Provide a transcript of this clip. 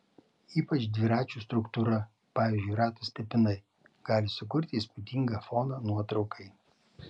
ypač dviračių struktūra pavyzdžiui ratų stipinai gali sukurti įspūdingą foną nuotraukai